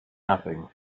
nothing